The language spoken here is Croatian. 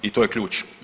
I to je ključ.